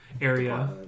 area